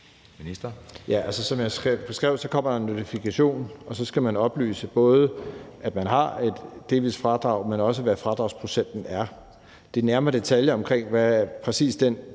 Som jeg beskrev, kommer der en notifikation, og så skal man både oplyse, at man har et delvis fradrag, men også hvad fradragsprocenten er. Hvad angår de nærmere detaljer om, hvad den